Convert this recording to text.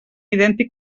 idèntic